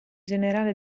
generale